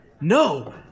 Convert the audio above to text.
No